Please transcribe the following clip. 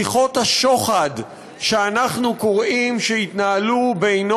שיחות השוחד שאנחנו קוראים שהתנהלו בינו